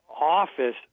office